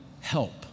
help